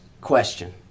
question